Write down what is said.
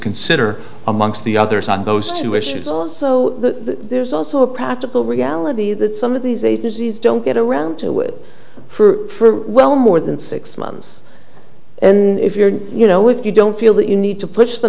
consider amongst the others on those two issues also that there's also a practical reality that some of these a disease don't get around to it for well more than six months and if you're you know if you don't feel that you need to push the